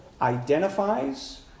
identifies